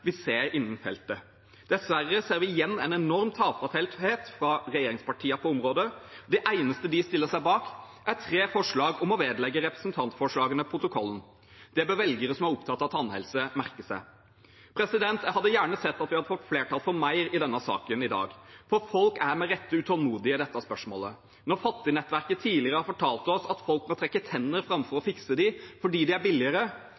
vi ser innen feltet. Dessverre ser vi igjen en enorm tafatthet fra regjeringspartiene på området. Det eneste de stiller seg bak, er tre forslag om å vedlegge representantforslagene protokollen. Det bør velgere som er opptatt av tannhelse, merke seg. Jeg hadde gjerne sett at vi hadde fått flertall for mer i denne saken i dag, for folk er med rette utålmodige i dette spørsmålet. Når Fattignettverket tidligere har fortalt oss at folk må trekke tennene framfor å fikse dem fordi det er billigere,